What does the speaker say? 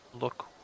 look